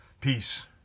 peace